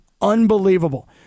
unbelievable